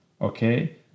okay